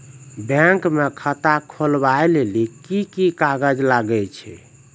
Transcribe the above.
Bank म खाता खोलवाय लेली की की कागज लागै छै?